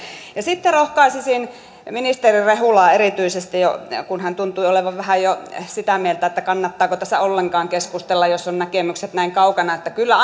sitten rohkaisisin ministeri rehulaa erityisesti kun hän tuntui olevan vähän jo sitä mieltä kannattaako tässä ollenkaan keskustella jos ovat näkemykset näin kaukana kyllä